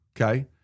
okay